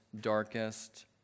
darkest